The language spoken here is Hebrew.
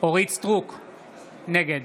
נגד